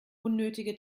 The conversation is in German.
unnötige